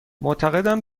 معتقدم